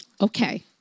Okay